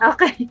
Okay